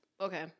Okay